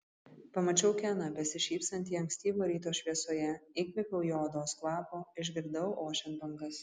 pamačiau keną besišypsantį ankstyvo ryto šviesoje įkvėpiau jo odos kvapo išgirdau ošiant bangas